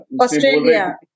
Australia